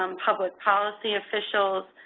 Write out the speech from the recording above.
um public policy officials,